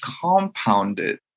compounded